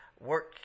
work